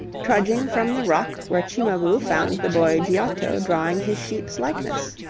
trudging from the rock where cimabue found the boy giotto drawing his sheep's likeness.